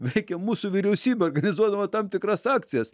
veikia mūsų vyriausybė organizuodama tam tikras akcijas